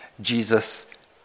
Jesus